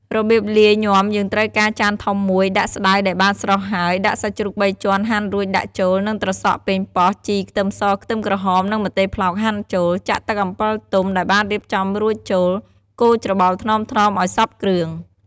របៀបលាយញាំយើងត្រូវកាត់ចានធំមួយ ដាក់ ស្តៅ ដែលបានស្រុះហើយ ដាក់សាច់ជ្រូកបីជាន់ហាន់រួចដាក់ចូល និង ត្រសក់ ប៉េងបោះ ជី ខ្ទឺមស ខ្ទឺមក្រហមនិង ម្ទេសផ្លោកហាន់ចូលចាក់ ទឹកអំពិលទុំ ដែលបានរៀបចំរួចចូល កូរច្របល់ថ្នមៗឲ្យសព្វគ្រឿង។